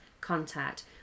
contact